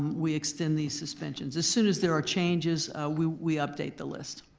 we extend these suspensions. as soon as there are changes, we we update the list.